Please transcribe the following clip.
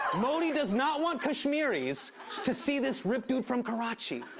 modi does not want kashmiris to see this ripped dude from karachi.